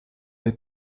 les